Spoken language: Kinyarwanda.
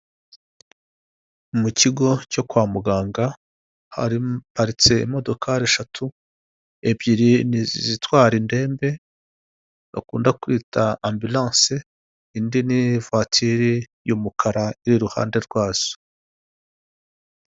Mukigo cyo kwa muganga haparitse imodokari eshatu, ebyiri ni izitwara indembe bakunda kwita ambilanse, indi ni ivuwatiri y'umukara iri iruhande rwazo.